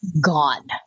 gone